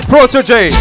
Protege